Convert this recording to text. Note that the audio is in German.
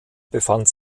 befand